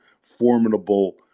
formidable